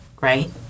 right